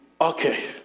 okay